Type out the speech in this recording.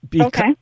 Okay